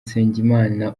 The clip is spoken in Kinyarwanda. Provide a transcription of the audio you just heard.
nsengimana